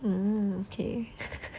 mm okay